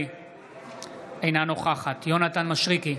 אינה נוכחת יונתן מישרקי,